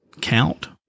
count